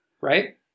right